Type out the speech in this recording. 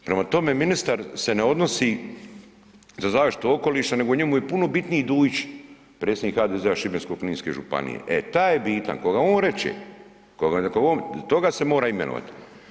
Prema tome, ministar se ne odnosi za zaštitu okoliša nego njemu je puno bitniji Dujić, predsjednik HDZ-a Šibensko-kninske županije, e taj je bitan, koga on reče toga se mora imenovati.